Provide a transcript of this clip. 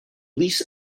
least